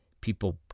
People